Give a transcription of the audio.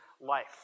life